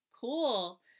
Cool